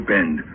Bend